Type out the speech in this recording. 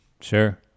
Sure